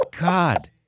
God